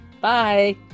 Bye